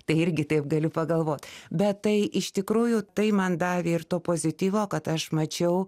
tai irgi taip gali pagalvot bet tai iš tikrųjų tai man davė ir to pozityvo kad aš mačiau